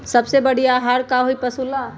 सबसे बढ़िया आहार का होई पशु ला?